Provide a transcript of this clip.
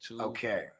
Okay